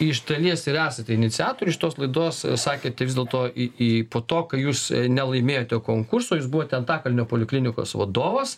iš dalies ir esate iniciatorius šitos laidos sakėt tai vis dėlto i i po to kai jūs nelaimėjote konkurso jūs buvote antakalnio poliklinikos vadovas